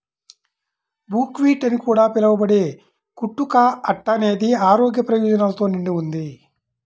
buckwheat అని కూడా పిలవబడే కుట్టు కా అట్ట అనేది ఆరోగ్య ప్రయోజనాలతో నిండి ఉంది